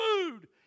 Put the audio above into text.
food